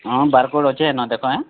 ହଁ ବାର୍କୋର୍ଡ଼୍ ଅଛେ ହେନ ଦେଖ ହେଁ